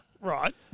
Right